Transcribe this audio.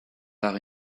par